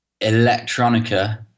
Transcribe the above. electronica